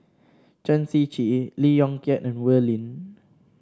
Chen Shiji Lee Yong Kiat and Wee Lin